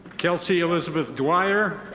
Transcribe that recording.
kelsey elizabeth dwyer.